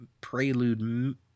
prelude